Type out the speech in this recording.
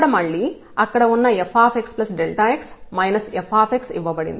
ఇక్కడ మళ్ళీ అక్కడ ఉన్న fxx fx ఇవ్వబడింది